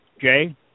Jay